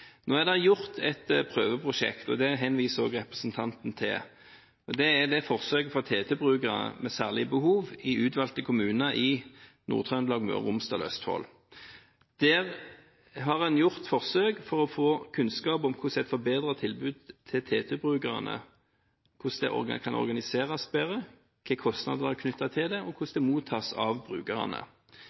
Nå er det gjort et prøveprosjekt, og det henviser også representanten til. Det er forsøket for TT-brukere med særlige behov i utvalgte kommuner i Nord-Trøndelag, Møre og Romsdal og Østfold. Der har en gjort forsøk for å få kunnskap om hvordan et forbedret tilbud til TT-brukerne kan organiseres bedre, hvilke kostnader som er knyttet til det, og hvordan det mottas av brukerne.